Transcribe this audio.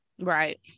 right